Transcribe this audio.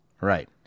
Right